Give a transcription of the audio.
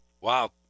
Wow